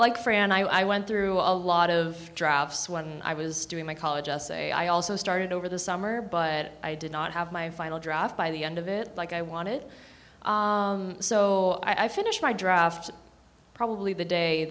like fran i went through a lot of drafts when i was doing my college essay i also started over the summer but i did not have my final draft by the end of it like i wanted so i finished my draft probably the day